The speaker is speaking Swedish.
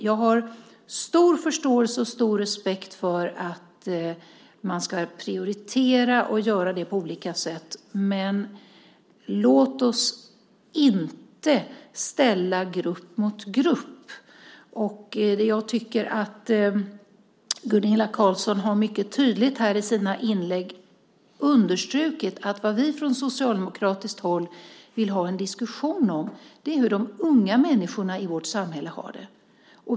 Jag har stor förståelse och stor respekt för att man ska prioritera på olika sätt, men låt oss inte ställa grupp mot grupp. Gunilla Carlsson har mycket tydligt i sina inlägg understrukit att vad vi från socialdemokratiskt håll vill ha en diskussion om är hur de unga människorna i vårt samhälle har det.